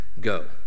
go